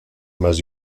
más